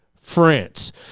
France